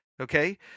Okay